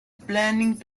planning